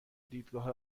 دیدگاه